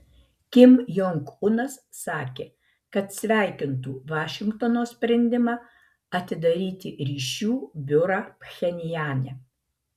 kim jong unas sakė kad sveikintų vašingtono sprendimą atidaryti ryšių biurą pchenjane